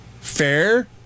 Fair